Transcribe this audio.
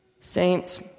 Saints